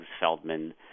Feldman